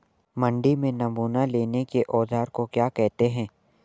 मंडी में नमूना लेने के औज़ार को क्या कहते हैं?